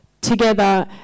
together